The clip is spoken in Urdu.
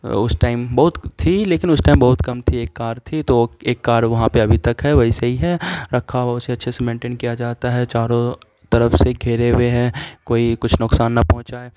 اس ٹائم بہت تھی لیکن اس ٹائم بہت کم تھی ایک کار تھی تو ایک کار وہاں پہ ابھی تک ہے ویسے ہی ہے رکھا ہوا اسے اچھے سے مینٹین کیا جاتا ہے چاروں طرف سے گھیرے ہوئے ہے کوئی کچھ نقصان نہ پہنچائے